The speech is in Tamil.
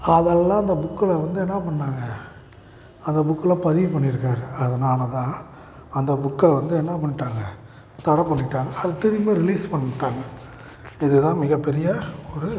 அதெல்லாம் அந்த புக்கில் வந்து என்ன பண்ணாங்க அந்த புக்கில் பதிவு பண்ணிருக்காங்க அதனால தான் அந்த புக்கை வந்து என்ன பண்ணிட்டாங்க தடை பண்ணிட்டாங்க அதை திரும்பி ரிலீஸ் பண்ணிட்டாங்க இது தான் மிகப்பெரிய ஒரு